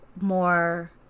more